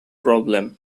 problem